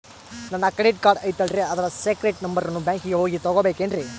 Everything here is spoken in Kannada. ನನ್ನ ಕ್ರೆಡಿಟ್ ಕಾರ್ಡ್ ಐತಲ್ರೇ ಅದರ ಸೇಕ್ರೇಟ್ ನಂಬರನ್ನು ಬ್ಯಾಂಕಿಗೆ ಹೋಗಿ ತಗೋಬೇಕಿನ್ರಿ?